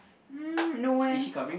mm no eh